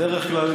בדרך כלל,